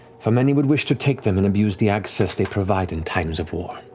for many would wish to take them and abuse the access they provide in times of war.